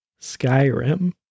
Skyrim